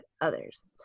others